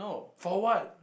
for what